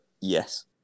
Yes